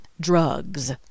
drugs